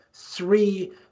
three